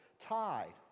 tied